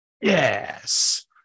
Yes